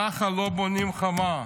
ככה לא בונים חומה,